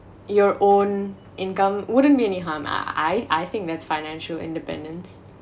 your own income wouldn't be any harm ah I I think that's financial independence